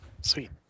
Sweet